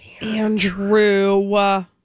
Andrew